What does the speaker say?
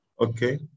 Okay